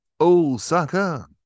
osaka